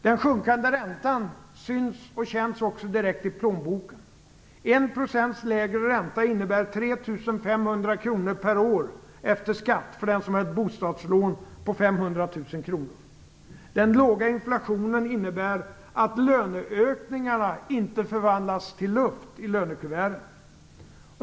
Den sjunkande räntan syns och känns också direkt i plånboken. En procents lägre ränta innebär 3 500 kr per år efter skatt för den som har ett bostadslån på 500 000 kr. Den låga inflationen innebär att löneökningarna inte förvandlas till luft i lönekuverten.